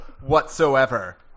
whatsoever